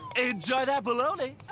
enjoy that bologna!